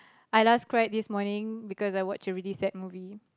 I last cried this morning because I watch a really sad movie